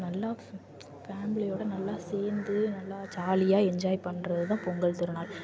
நல்லா ஃபேம்லியோட நல்லா சேர்ந்து நல்லா ஜாலியாக என்ஜாய் பண்ணுறதுதான் பொங்கல் திருநாள்